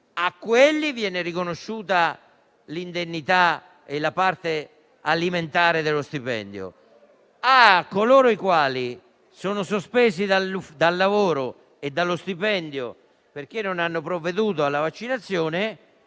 a quelli vengono riconosciute l'indennità e la parte alimentare dello stipendio, ma a coloro i quali sono sospesi dal lavoro e dallo stipendio perché non hanno provveduto alla vaccinazione